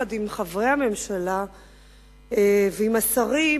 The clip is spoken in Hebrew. יחד עם חברי הממשלה ועם השרים,